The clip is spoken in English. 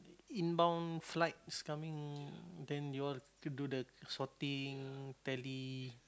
in bound flights coming then you all to do all to do the sorting tally